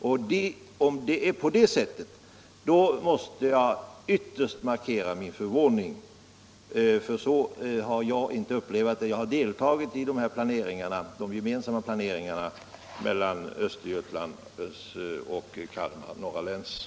Om det förhåller sig på det sättet, då måste jag verkligen markera min förvåning, för så har jag inte upplevt det. Jag har deltagit i den gemensamma planeringen mellan Östergötlands och norra Kalmars läns kommuner.